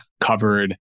covered